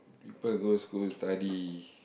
first go school study